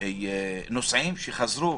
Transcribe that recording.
נוסעים שחזרו